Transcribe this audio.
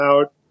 out